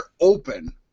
open